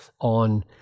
on